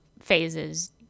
phases